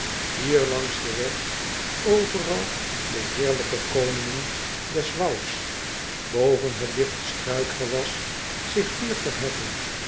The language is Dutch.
hier langs den weg overal de heerlijke koningen des wouds boven het digte struikgewas zich fier verheffend